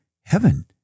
heaven